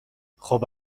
خوب